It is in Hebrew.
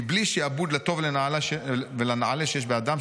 "מבלי "שעבוד" לטוב ולנעלה שיש באדם,